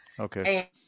Okay